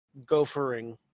gophering